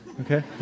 Okay